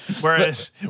Whereas